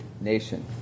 nation